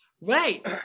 Right